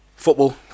Football